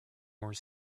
more